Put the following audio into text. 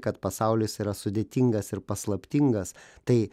kad pasaulis yra sudėtingas ir paslaptingas tai